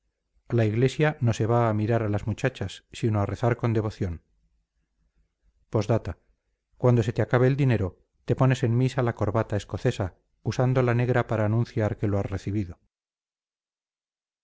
a la iglesia no se va a mirar a las muchachas sino a rezar con devoción p d cuando se te acabe el dinero te pones en misa la corbata escocesa usando la negra para anunciar que lo has recibido